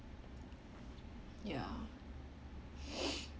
ya